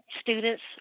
students